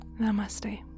Namaste